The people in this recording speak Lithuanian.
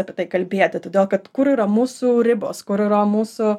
apie tai kalbėti todėl kad kur yra mūsų ribos kur yra mūsų